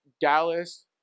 Dallas –